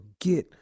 forget